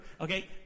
okay